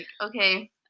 okay